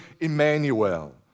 Emmanuel